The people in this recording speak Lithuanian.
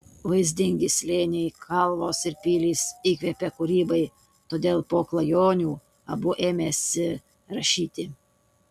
vaizdingi slėniai kalvos ir pilys įkvepia kūrybai todėl po klajonių abu ėmėsi rašyti